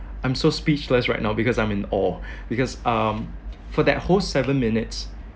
I'm so speechless right now because I'm in awe because um for that whole seven minutes